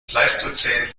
pleistozän